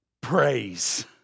praise